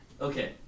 Okay